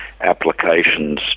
applications